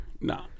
no